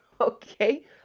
Okay